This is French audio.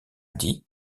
dit